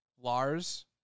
Lars